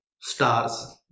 stars